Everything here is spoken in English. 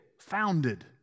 Founded